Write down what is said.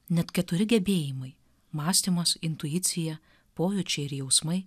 net keturi gebėjimai mąstymas intuicija pojūčiai ir jausmai